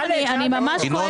אני ממש כועסת.